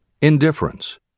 Indifference